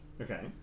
Okay